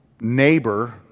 neighbor